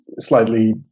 slightly